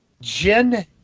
Jen